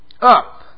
up